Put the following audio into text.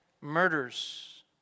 Murders